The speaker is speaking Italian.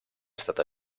stata